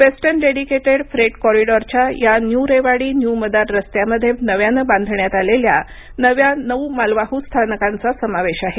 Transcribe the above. western dedicated freight कॉरिडॉरच्या या new Rewari new Madar रस्त्यामध्ये नव्यानं बांधण्यात आलेल्या नव्या नऊ मालवाहू स्थानकांचा समावेश आहे